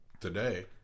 today